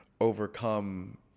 overcome